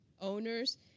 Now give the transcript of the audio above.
owners